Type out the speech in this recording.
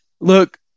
look